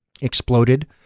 exploded